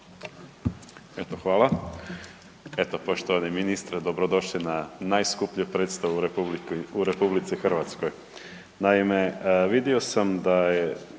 Hvala.